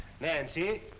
Nancy